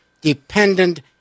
dependent